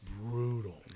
brutal